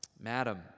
Madam